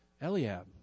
Eliab